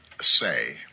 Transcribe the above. say